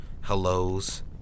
hellos